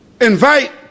Invite